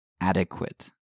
adequate